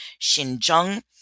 Xinjiang